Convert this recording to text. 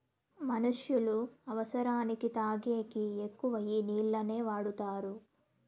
మనుష్యులు అవసరానికి తాగేకి ఎక్కువ ఈ నీళ్లనే వాడుతారు